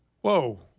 Whoa